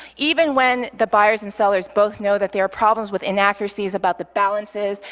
even when the buyers and sellers both know that there are problems with inaccuracies about the balances,